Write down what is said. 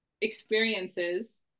experiences